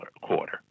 quarter